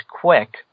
quick